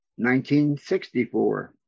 1964